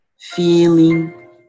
Feeling